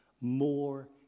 more